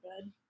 good